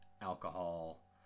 alcohol